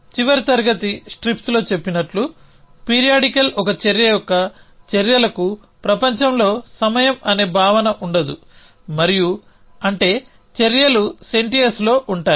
మనం చివరి తరగతి స్ట్రిప్స్లో చెప్పినట్లు పీరియాడికల్ ఒక చర్య యొక్క చర్యలకు ప్రపంచంలో సమయం అనే భావన ఉండదు మరియు అంటే చర్యలు సెంటియస్లో ఉంటాయి